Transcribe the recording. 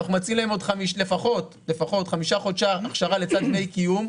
אנחנו מציעים להן לפחות חמישה חודשי הכשרה לצד דמי קיום.